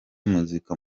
muzika